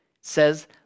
Says